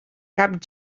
cap